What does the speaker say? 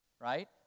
right